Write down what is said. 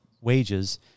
wages